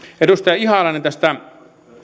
edustaja ihalainen tästä